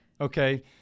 okay